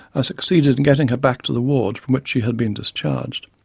ah succeeded in getting her back to the ward from which she had been discharged.